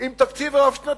עם תקציב רב-שנתי.